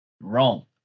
Wrong